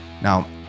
Now